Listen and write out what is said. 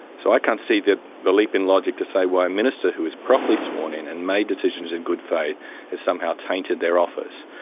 so i can't see the the leap in logic to say why a minister who is properly sworn in and made decisions in good faith has somehow tainted their office.